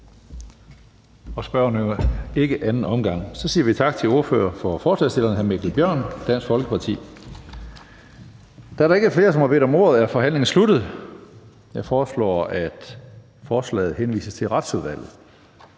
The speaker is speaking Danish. en anden kort bemærkning. Så siger vi tak til ordføreren for forslagsstillerne, hr. Mikkel Bjørn, Dansk Folkeparti. Da der ikke er flere, som har bedt om ordet, er forhandlingen sluttet. Jeg foreslår, at forslaget til folketingsbeslutning